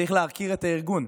צריך להכיר את הארגון.